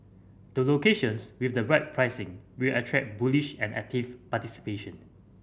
the locations with the right pricing will attract bullish and active participation